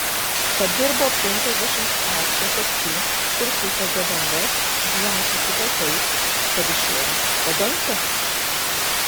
padirbo penkiasdešimt aukso sagčių ir susegė dangas vieną su kita taip kad išėjo padangtė